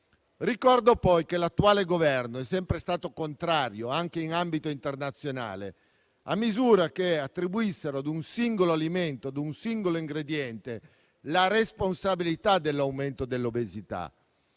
Ricordo poi che l'attuale Governo è sempre stato contrario, anche in ambito internazionale, a misure che attribuissero a un singolo alimento e a un singolo ingrediente la responsabilità dell'aumento dell'obesità.